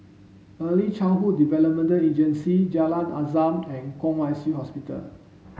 Early Childhood Development Agency Jalan Azam and Kwong Wai Shiu Hospital